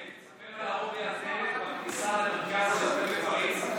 תספר על עובי הדלת בכניסה למרכז היהודי בפריז.